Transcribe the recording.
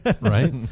Right